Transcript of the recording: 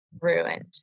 ruined